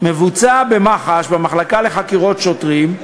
מבוצע במח"ש, במחלקה לחקירות שוטרים,